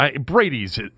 Brady's